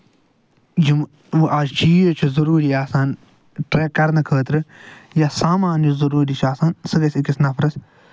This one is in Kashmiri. یِم آز چیٖز چھِ ضروٗری آسان ٹرٮ۪ک کرنہٕ خٲطرٕ یا سامان یُس ضروٗری چھُ آسان سُہ گژھِ أکِس نَفرَس